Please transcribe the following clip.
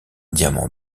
diamant